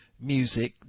music